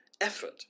effort